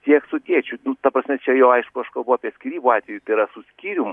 tiek su tėčiu ta prasme čia jau aišku aš kalbu apie skyrybų atvejį tai yra su skyrium